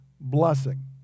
blessing